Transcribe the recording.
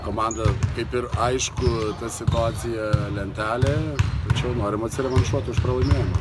komanda kaip ir aišku ta situacija lentelėje tačiau norim atsirevanšuot už pralaimėjimą